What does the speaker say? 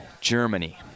Germany